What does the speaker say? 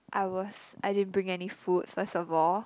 I was I didn't bring any food first of all